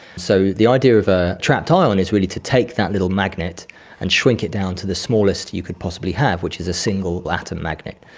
so the idea of a trapped ah ion is really to take that little magnet and shrink it down to the smallest you could possibly have, which is a single atom magnet.